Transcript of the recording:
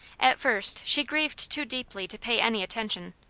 at first she grieved too deeply to pay any attention,